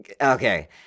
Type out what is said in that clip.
Okay